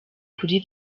kuri